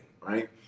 right